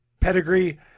pedigree